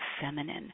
feminine